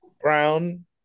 Brown